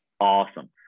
Awesome